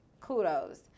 kudos